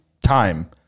time